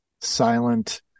silent